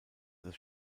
das